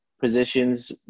positions